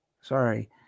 sorry